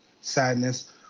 sadness